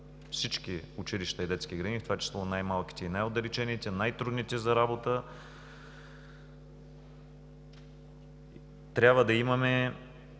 всички училища и детски градини, в това число в най-малките, най-отдалечените и най-трудните за работа. Трябва да имаме